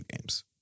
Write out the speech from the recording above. games